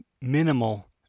minimal